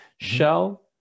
shell